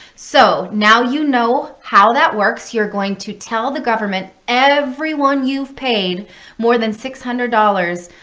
so now you know how that works. you're going to tell the government everyone you've paid more than six hundred dollars,